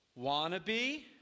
wannabe